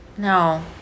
No